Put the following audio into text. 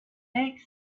makes